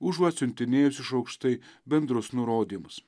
užuot siuntinėjus iš aukštai bendrus nurodymus